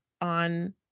on